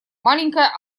маленькая